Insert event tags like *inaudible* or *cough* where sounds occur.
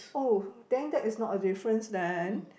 oh *noise* then that is not a difference then